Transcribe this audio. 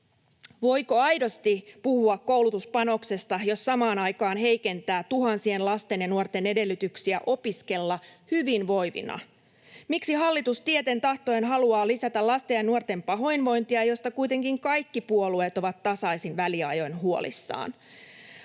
Voiko aidosti puhua koulutuspanoksesta, jos samaan aikaan heikentää tuhansien lasten ja nuorten edellytyksiä opiskella hyvinvoivina? Miksi hallitus tieten tahtoen haluaa lisätä lasten ja nuorten pahoinvointia, josta kuitenkin kaikki puolueet ovat tasaisin väliajoin huolissaan?